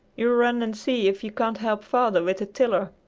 you run and see if you can't help father with the tiller,